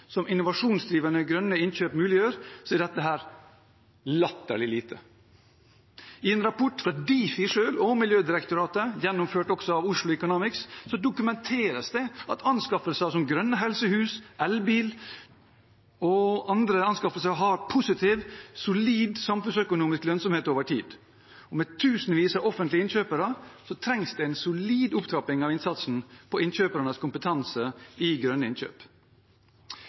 som innovasjonsdrivende grønne innkjøp muliggjør, er dette latterlig lite. I en rapport fra Difi selv og Miljødirektoratet, som er utarbeidet av bl.a. Oslo Economics, dokumenteres det at anskaffelser som grønne helsehus, elbil og annet gir solid samfunnsøkonomisk lønnsomhet over tid. Med tusenvis av offentlige innkjøpere trengs det en solid opptrapping av innsatsen for å heve innkjøpernes kompetanse når det gjelder grønne innkjøp.